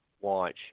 watch